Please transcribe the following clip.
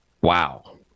Wow